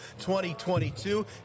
2022